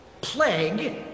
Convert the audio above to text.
Plague